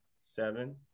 seven